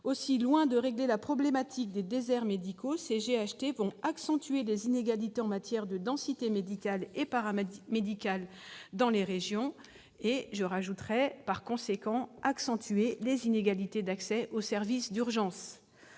Aussi, loin de régler la problématique des déserts médicaux, ces GHT vont accentuer les inégalités en matière de densité médicale et paramédicale dans les régions ». Cela risque, par conséquent, d'accentuer les inégalités d'accès aux services d'urgence.